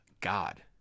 God